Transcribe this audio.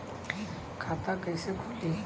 खाता कईसे खुली?